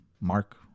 Mark